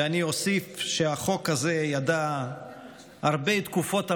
אוסיף שהחוק הזה ידע הרבה תקופות המתנה.